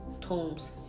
tombs